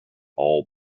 all